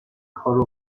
کارو